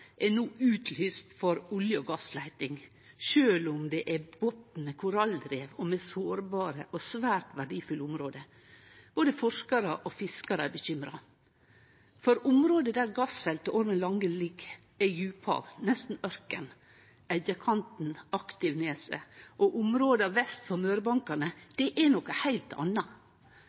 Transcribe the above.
er no utlyst for olje- og gassleiting, sjølv om det er ein botn med korallrev og med sårbare og svært verdifulle område. Både forskarar og fiskarar er bekymra, for området der gassfeltet Ormen Lange ligg, er djuphav, nesten ørken. Eggakanten–Aktivneset og områda vest for Mørebankane er noko heilt anna.